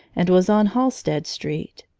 and was on halstead street.